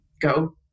go